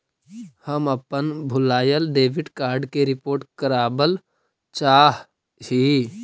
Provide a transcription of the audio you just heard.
हम अपन भूलायल डेबिट कार्ड के रिपोर्ट करावल चाह ही